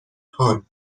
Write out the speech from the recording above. هان